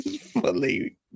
fully